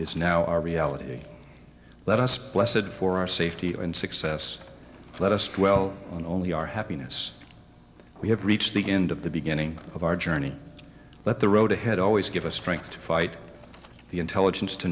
is now our reality let us blessid for our safety and success let us twelve on only our happiness we have reached the end of the beginning of our journey but the road ahead always give us strength to fight the intelligence to